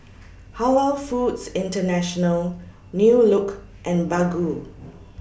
Halal Foods International New Look and Baggu